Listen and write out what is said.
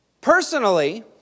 Personally